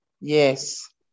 Yes